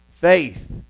faith